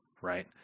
right